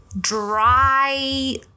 dry